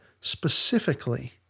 specifically